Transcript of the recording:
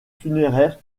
funéraire